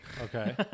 okay